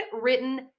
written